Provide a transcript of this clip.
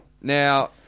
Now